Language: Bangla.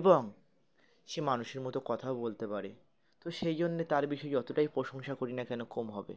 এবং সে মানুষের মতো কথাও বলতে পারে তো সেই জন্যে তার বিষয়ে যতটাই প্রশংসা করি না কেন কম হবে